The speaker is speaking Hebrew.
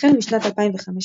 החל משנת 2015